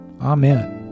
Amen